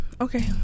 Okay